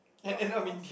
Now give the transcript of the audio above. thought that was